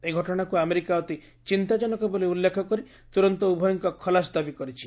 ଏହି ଘଟଣାକୁ ଆମେରିକା ଅତି ଚିନ୍ତାଜନକ ବୋଲି ଉଲ୍ଲେଖ କରି ତୁରନ୍ତ ଉଭୟଙ୍କ ଖଲାସ ଦାବି କରିଛି